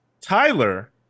Tyler